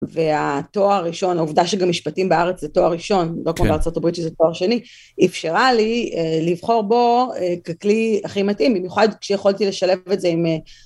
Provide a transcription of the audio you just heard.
והתואר הראשון, העובדה שגם משפטים בארץ זה תואר ראשון, לא כמו בארה״ב שזה תואר שני, אפשרה לי לבחור בו ככלי הכי מתאים, במיוחד כשיכולתי לשלב את זה עם...